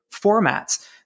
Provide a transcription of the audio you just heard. formats